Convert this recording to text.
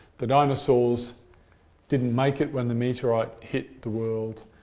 the dinosaurs didn't make it when the meteorite hit the world,